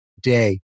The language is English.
day